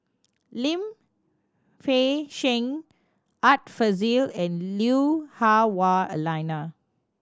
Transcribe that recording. Lim Fei Shen Art Fazil and Lui Hah Wah Elena